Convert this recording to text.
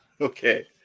Okay